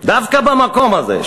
דווקא במקום הזה,